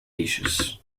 dishes